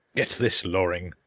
get this, loring!